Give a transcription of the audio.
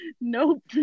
Nope